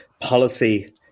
policy